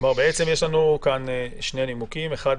בעצם יש לנו כאן שני נימוקים: ראשית,